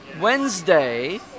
Wednesday